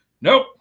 Nope